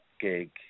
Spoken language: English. gig